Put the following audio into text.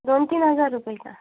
दोनतीन हजार रुपये का